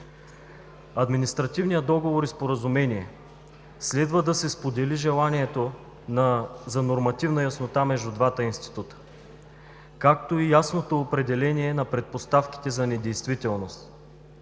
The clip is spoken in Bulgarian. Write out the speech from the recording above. Админстративният договор и споразумение. Следва да се сподели желанието за нормативна яснота между двата института. Както и ясното определение на предпоставките за недействителност,